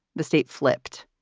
the state flipped.